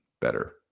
better